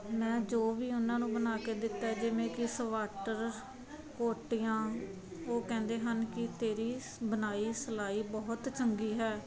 ਮੈਂ ਜੋ ਵੀ ਉਹਨਾਂ ਨੂੰ ਬਣਾ ਕੇ ਦਿੱਤਾ ਜਿਵੇਂ ਕਿ ਸਵਾਟਰ ਕੋਟੀਆਂ ਉਹ ਕਹਿੰਦੇ ਹਨ ਕਿ ਤੇਰੀ ਬੁਣਾਈ ਸਿਲਾਈ ਬਹੁਤ ਚੰਗੀ ਹੈ